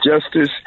justice